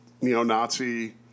neo-Nazi